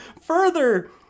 further